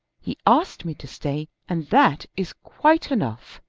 he asked me to stay and that is quite enough.